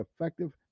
effective